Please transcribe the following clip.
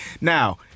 Now